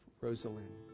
Rosalind